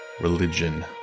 religion